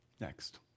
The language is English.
Next